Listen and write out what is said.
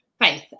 faith